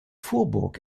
vorburg